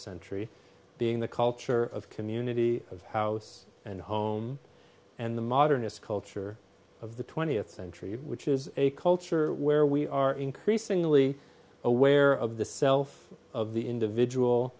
century being the culture of community of house and home and the modernist culture of the twentieth century which is a culture where we are increasingly aware of the self of the individual